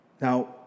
Now